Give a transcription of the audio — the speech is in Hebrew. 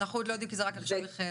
אנחנו לא יודעים כי זה רק עכשיו החל.